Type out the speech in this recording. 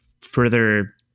further